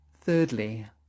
Thirdly